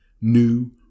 New